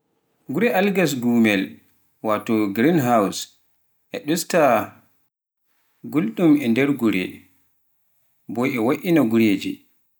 guure algas gumel wato greenhouse e ɗustaa ngulɗon e nder guure, boo e wo'iina gureje.